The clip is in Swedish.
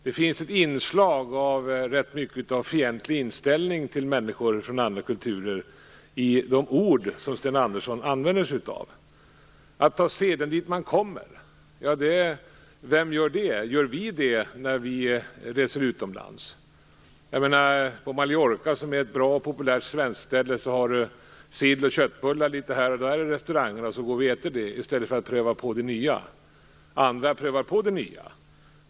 Det finns ett inslag av en rätt fientlig inställning till människor från andra kulturer i de ord som Tar vi seden dit vi kommer? Gör vi det när vi reser utomlands? På Mallorca, som är ett bra och populärt semesterställe för svenskar, bjuder restaurangerna litet här och där på sill och köttbullar, och många äter det i stället för att pröva på det nya. Andra vågar pröva på det nya.